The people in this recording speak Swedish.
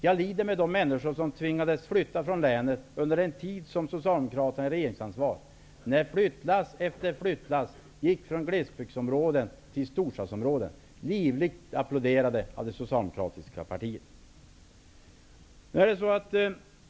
Jag lider även med de människor som tvingades flytta från hemlänet under den tid då Socialdemokraterna hade regeringsansvaret. Flyttlass efter flyttlass gick från glesbygdsområden till storstadsområden, vilket livligt applåderades av det socialdemokratiska partiet.